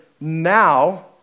now